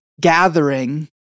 gathering